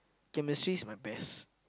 chemistry's my best